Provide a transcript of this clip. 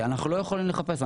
אנחנו לא יכולים לחפש.